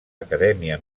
acadèmia